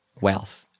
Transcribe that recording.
wealth